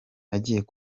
clement